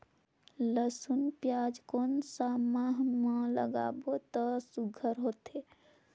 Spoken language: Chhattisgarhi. लसुन पियाज कोन सा माह म लागाबो त सुघ्घर होथे?